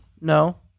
No